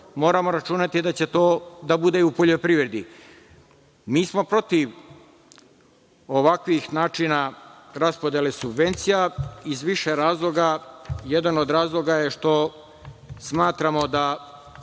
moramo računati da će to da bude i u poljoprivredi. Mi smo protiv ovakvih načina raspodele subvencija, iz više razloga. Jedan od razloga je što smatramo da